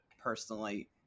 personally